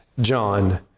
John